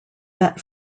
that